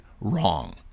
wrong